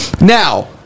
Now